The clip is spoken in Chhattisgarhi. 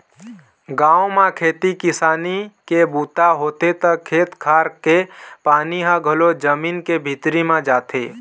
गाँव म खेती किसानी के बूता होथे त खेत खार के पानी ह घलोक जमीन के भीतरी म जाथे